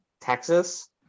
Texas